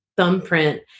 Thumbprint